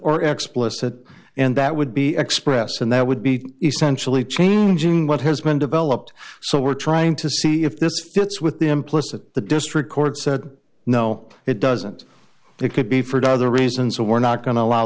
or explicit and that would be expressed and that would be essentially changing what has been developed so we're trying to see if this fits with the implicit the district court said no it doesn't there could be further reasons and we're not going to allow